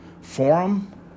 forum